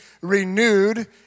renewed